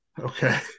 Okay